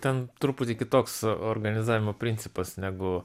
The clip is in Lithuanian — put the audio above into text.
ten truputį kitoks organizavimo principas negu